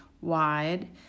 wide